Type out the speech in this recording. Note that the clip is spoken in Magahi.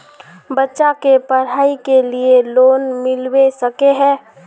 बच्चा के पढाई के लिए लोन मिलबे सके है?